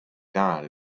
died